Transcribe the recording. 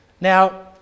Now